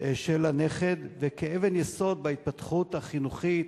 של הנכד וכאבן יסוד בהתפתחות החינוכית,